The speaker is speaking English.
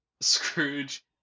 scrooge